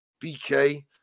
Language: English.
BK